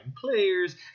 players